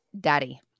daddy